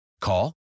Call